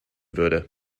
würde